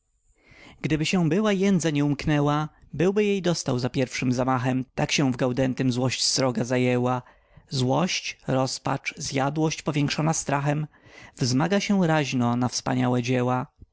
gdyby się była jędza nie umknęła byłby jej dostał za pierwszym zamachem tak się w gaudentym złość sroga zajęła złość rozpacz zjadłość powiększona strachem wzmaga się raźno na wspaniałe dzieła